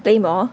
play more